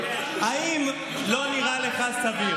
האם לא נראה לך סביר,